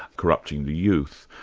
corrupting the youth,